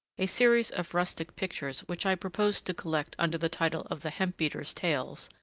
a series of rustic pictures which i proposed to collect under the title of the hemp-beater's tales,